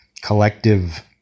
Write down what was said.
collective